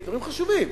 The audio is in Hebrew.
דברים חשובים,